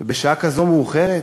בשעה כזו מאוחרת,